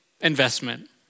investment